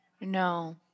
No